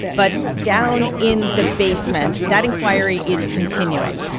but down in the basement, that inquiry is continuing.